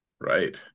Right